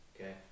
Okay